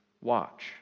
watch